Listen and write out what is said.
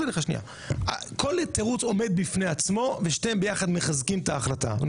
כל תירוץ עומד בפני עצמו ושניהם ביחד מחזקים את ההחלטה.